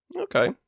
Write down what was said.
Okay